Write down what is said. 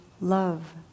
love